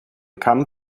kamm